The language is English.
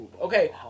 Okay